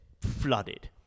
flooded